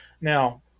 Now